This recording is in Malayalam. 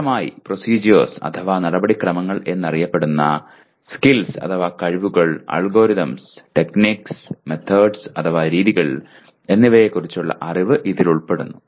കൂട്ടമായി പ്രോസെഡ്യൂവേർസ് അഥവാ നടപടിക്രമങ്ങൾ എന്നറിയപ്പെടുന്ന സ്കിൽസ് അഥവാ കഴിവുകൾ അൽഗോരിതം ടെക്നിക്കുകൾ മെതേഡ്സ് അഥവാ രീതികൾ എന്നിവയെക്കുറിച്ചുള്ള അറിവ് ഇതിൽ ഉൾപ്പെടുന്നു